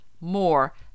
more